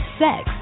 sex